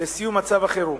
לסיום מצב החירום.